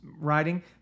writing